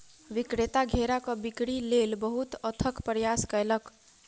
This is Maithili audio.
विक्रेता घेराक बिक्री लेल बहुत अथक प्रयास कयलक